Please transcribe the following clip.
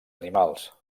animals